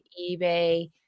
ebay